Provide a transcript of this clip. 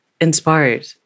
inspired